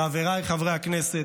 חבריי חברי הכנסת,